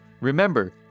Remember